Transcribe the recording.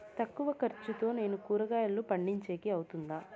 తక్కువ ఖర్చుతో నేను కూరగాయలను పండించేకి అవుతుందా?